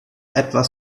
etwas